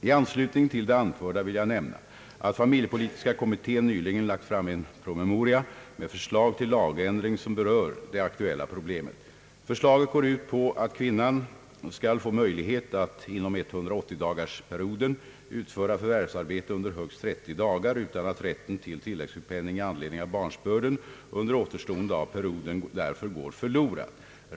I anslutning till det anförda vill jag nämna att familjepolitiska kommittén nyligen lagt fram en promemoria med förslag till lagändring som berör det aktuella problemet. Förslaget går ut på att kvinnan skall få möjlighet att inom 180-dagarsperioden utföra förvärvsarbete under högst 30 dagar utan att rätten till tilläggssjukpenning i anledning av barnsbörden under återstoden av perioden därför går förlorad.